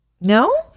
no